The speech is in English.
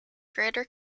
greater